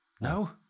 No